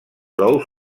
ous